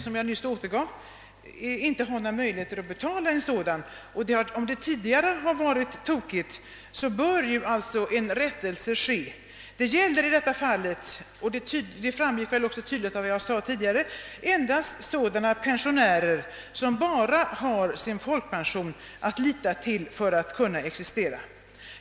Om reglerna tidigare har varit felaktiga bör de rättas till. Det gäller här — vilket väl också framgick av vad jag tidigare sade — endast pensionärer som bara har sin folkpension att lita till för att kunna existera.